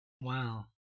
Wow